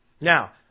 Now